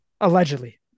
Allegedly